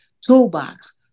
toolbox